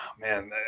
man